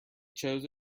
chose